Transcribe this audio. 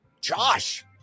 Josh